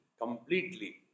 completely